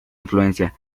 influencia